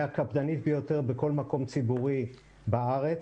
הקפדנית ביותר בכל מקום ציבורי בארץ.